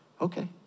Okay